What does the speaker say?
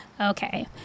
Okay